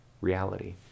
reality